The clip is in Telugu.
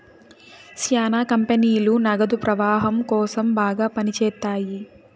శ్యానా కంపెనీలు నగదు ప్రవాహం కోసం బాగా పని చేత్తాయి